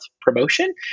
promotion